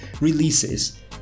releases